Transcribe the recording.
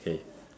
oh okay